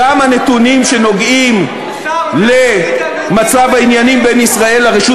גם הנתונים שנוגעים למצב העניינים בין ישראל לרשות